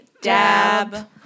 Dab